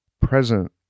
present